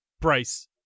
Bryce